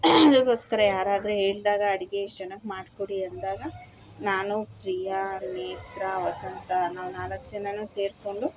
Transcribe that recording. ಇವರಿಗೋಸ್ಕರ ಯಾರಾದರೂ ಇಲ್ಲದಾಗ ಅಡುಗೆ ಇಷ್ಟು ಜನಕ್ಕೆ ಮಾಡಿಕೊಡಿ ಅಂದಾಗ ನಾನು ಪ್ರಿಯ ಮಿತ್ರ ವಸಂತ ನಾವು ನಾಲ್ಕು ಜನರೂ ಸೇರಿಕೊಂಡು